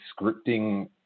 scripting